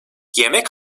yemek